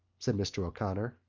said mr. o'connor.